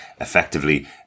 effectively